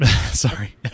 Sorry